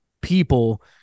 people